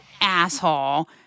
asshole